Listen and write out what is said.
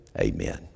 amen